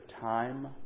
time